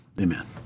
amen